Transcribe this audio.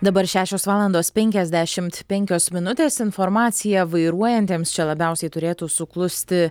dabar šešios valandos penkiasdešimt penkios minutės informacija vairuojantiems čia labiausiai turėtų suklusti